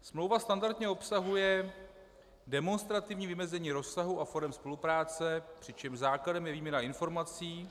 Smlouva standardně obsahuje demonstrativní vymezení rozsahu a forem spolupráce, přičemž základem je výměna informací.